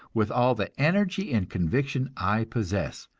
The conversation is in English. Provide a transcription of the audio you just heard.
with all the energy and conviction i possess,